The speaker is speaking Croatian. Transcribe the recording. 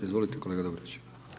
Izvolite kolega Dobroviću.